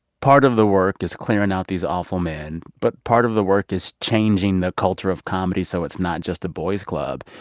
part of the work is clearing out these awful men. but part of the work is changing the culture of comedy so it's not just a boys club.